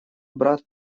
брат